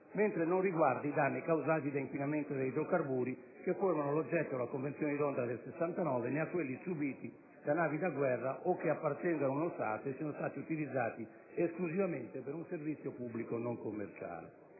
mentre non riguarda i danni causati da inquinamento da idrocarburi - che formano l'oggetto della Convenzione di Londra del 1969 - né quelli subiti da navi da guerra o che appartengano ad uno Stato e siano utilizzate esclusivamente per un servizio pubblico non commerciale.